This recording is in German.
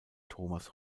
thomas